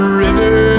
river